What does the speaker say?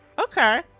okay